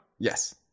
Yes